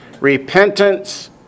Repentance